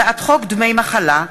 הצעת חוק טיפול בחולי נפש (תיקון,